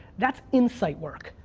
that's insight work.